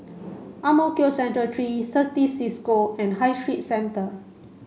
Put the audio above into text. Ang Mo Kio Central three Certis Cisco and High Street Centre